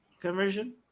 conversion